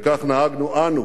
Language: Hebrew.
וכך נהגנו אנו